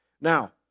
Now